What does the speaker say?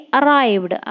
arrived